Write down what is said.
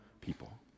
people